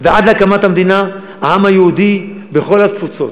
העם היהודי בכל התפוצות,